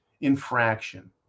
infraction